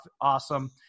Awesome